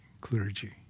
clergy